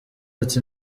ati